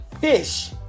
fish